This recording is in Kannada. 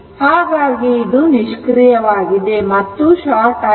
ಹಾಗಾಗಿ ಇದು ನಿಷ್ಕ್ರಿಯವಾಗಿದೆ ಮತ್ತು ಶಾರ್ಟ್ ಆಗಿದೆ